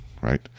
right